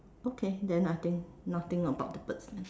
okay then I think nothing about the bird's nest